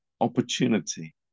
opportunity